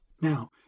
Now